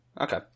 Okay